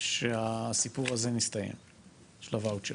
שהסיפור הזה מסתיים של הואוצ'רים.